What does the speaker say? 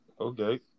Okay